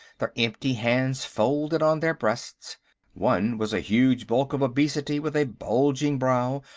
their empty hands folded on their breasts one was a huge bulk of obesity with a bulging brow,